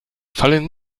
fallen